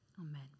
Amen